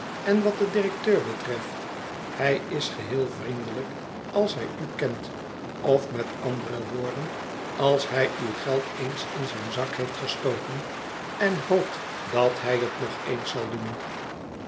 en wat den directeur betreft hij is geheel vriendelijkheid als hij u kent of met andere woorden als hij uw geld eens in zijn zak heeft gestoken en hoopt dat hij het nog eens zal doen